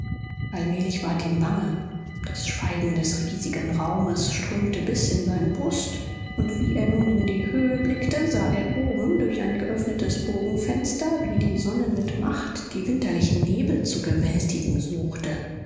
allmählich ward ihm bange das schweigen des riesigen raumes strömte bis in seine brust und wie er nun in die höhe blickte sah er oben durch ein geöffnetes bogenfenster wie die sonne mit macht die winterlichen nebel zu gewältigen suchte